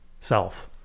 self